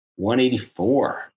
184